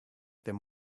them